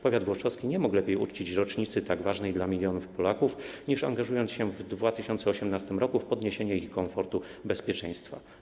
Powiat włoszczowski nie mógł lepiej uczcić rocznicy tak ważnej dla milionów Polaków, niż angażując się w 2018 r. podniesienie ich komfortu i bezpieczeństwa.